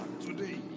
today